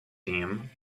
theme